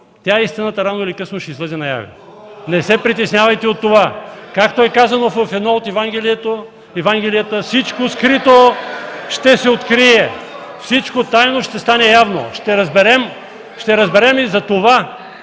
истината рано или късно ще излезе наяве. Не се притеснявайте от това. Както е казано в едно от Евангелията (оживление), всичко скрито ще се открие, всичко тайно ще стане явно. Ще разберем и за това,